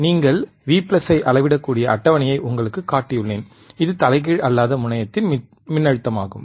நீங்கள் V ஐ அளவிடக்கூடிய அட்டவணையை உங்களுக்குக் காட்டியுள்ளேன் இது தலைகீழ் அல்லாத முனையத்தின் மின்னழுத்தமாகும்